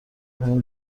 بهم